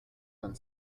and